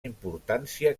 importància